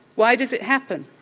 why does it happen?